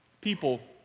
people